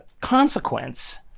consequence